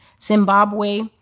Zimbabwe